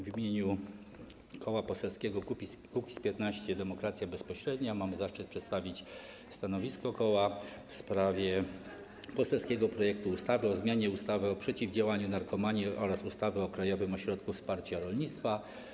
W imieniu Koła Poselskiego Kukiz’15 - Demokracja Bezpośrednia mam zaszczyt przedstawić stanowisko koła w sprawie poselskiego projektu ustawy o zmianie ustawy o przeciwdziałaniu narkomanii oraz ustawy o Krajowym Ośrodku Wsparcia Rolnictwa.